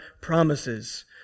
promises